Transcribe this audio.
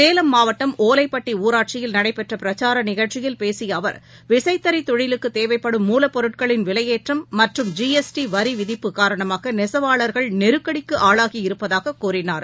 சேலம் மாவட்டம் ஒலைப்பட்டி ஊராட்சியில் நடைபெற்ற பிரச்சார நிகழ்ச்சியில் பேசிய அவர் விசைத்தறி தொழிலுக்கு தேவைப்படும் மூலப் பொருட்களின் விலையேற்றம் மற்றும் ஜி எஸ் டி வரிவிதிப்பு காரணமாக நெசவாள்கள் நெருக்கடிக்கு ஆளாகியிருப்பதாக கூறினார்